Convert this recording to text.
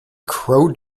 crow